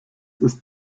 ist